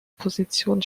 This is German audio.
position